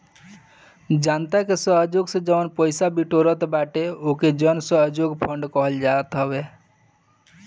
जनता के सहयोग से जवन पईसा बिटोरात बाटे ओके जनसहयोग फंड कहल जात हवे